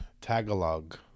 Tagalog